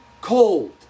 cold